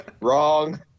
Wrong